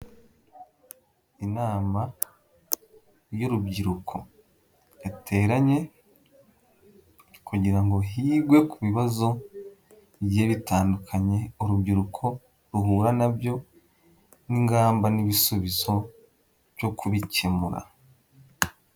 Inama y'urubyiruko yateranye kugira ngo higwe ku bibazo bigiye bitandukanye urubyiruko ruhura nabyo n'ingamba n'ibisubizo byo kubikemura.